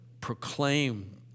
proclaim